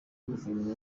guverinoma